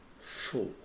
four